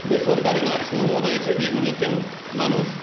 বেসরকারি নার্সিংহোমও রয়েছে যেগুলিতে মানুষ